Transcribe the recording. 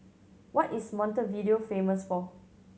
what is Montevideo famous for